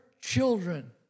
children